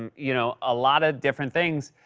um you know, a lot of different things.